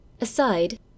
Aside